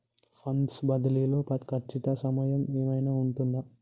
Funds బదిలీ లో ఖచ్చిత సమయం ఏమైనా ఉంటుందా?